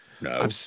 No